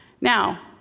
Now